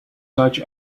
such